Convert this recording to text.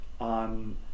on